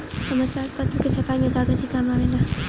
समाचार पत्र के छपाई में कागज ही काम आवेला